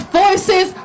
voices